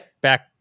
back